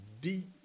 deep